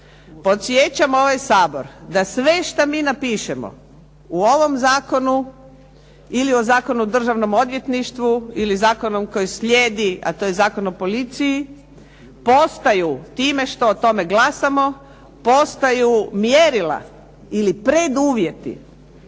Podsjećam ovaj Sabor da sve što mi napišemo u ovom zakonu ili u Zakonu o državnom odvjetništvu ili zakonom koji slijedi, a to je Zakon o policiji, postaju time što o tome glasamo postaju mjerila ili preduvjeti